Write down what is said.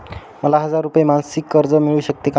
मला हजार रुपये मासिक कर्ज मिळू शकते का?